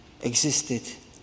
existed